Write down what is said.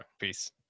peace